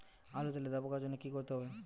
আলুতে লেদা পোকার জন্য কি করতে হবে?